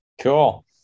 cool